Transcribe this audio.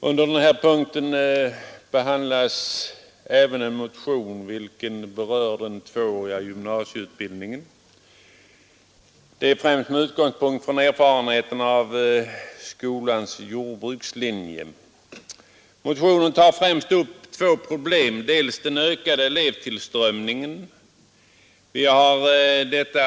Fru talman! Under punkten 2 behandlas även en motion, vilken berör den tvååriga gymnasieutbildningen, främst med utgångspunkt från erfarenheten av skolans jordbrukslinje. Motionen tar främst upp två problem; dels den ökande elevtillströmningen och dels värderingen av praktikpoängen.